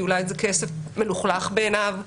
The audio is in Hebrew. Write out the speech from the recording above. כי אולי זה כסף מלוכלך בעיניו,